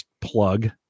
plug